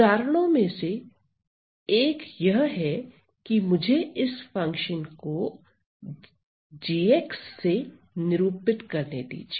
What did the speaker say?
उदाहरणों में से एक यह है कि मुझे इस फंक्शन को g से निरूपित करने दीजिए